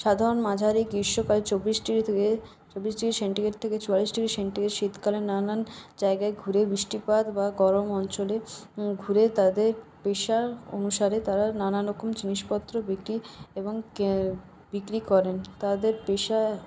সাধারণ মাঝারি গ্রীষ্মকাল চব্বিশ ডিগ্রি থেকে চব্বিশ ডিগ্রি সেন্টিগ্রেড থেকে চুয়াল্লিশ ডিগ্রি সেন্টিগ্রেড শীতকালে নানান জায়গায় ঘুরে বৃষ্টিপাত বা গরম অঞ্চলে ঘুরে তাদের পেশা অনুসারে তারা নানারকম জিনিসপত্র বিক্রি এবং কে বিক্রি করেন তাদের পেশা